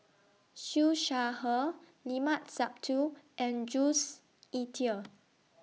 Siew Shaw Her Limat Sabtu and Jules Itier